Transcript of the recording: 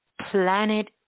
planet